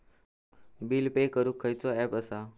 Bill pay करूक खैचो app असा?